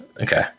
Okay